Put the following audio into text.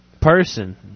person